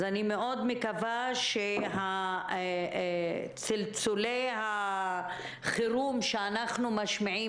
אני מאוד מקווה שצלצולי החירום שאנחנו משמיעים